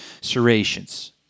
Serrations